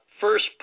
first